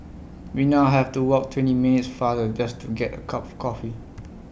we now have to walk twenty minutes farther just to get A cup of coffee